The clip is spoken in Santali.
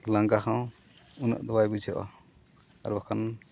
ᱞᱟᱸᱜᱟ ᱦᱚᱸ ᱩᱱᱟᱹᱜ ᱫᱚ ᱵᱟᱭ ᱵᱩᱡᱷᱟᱹᱜᱼᱟ ᱟᱨ ᱵᱟᱠᱷᱟᱱ